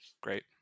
great